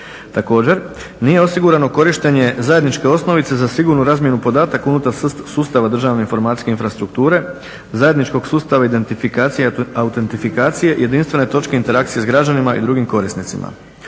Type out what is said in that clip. Također, nije osigurani korištenje zajedničke osnovice za sigurnu razmjenu podataka unutar sustava državne informacijske infrastrukture, zajedničkog sustava identifikacija i autentifikacije, jedinstvene točke interakcije s građanima i drugim korisnicima.